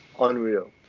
unreal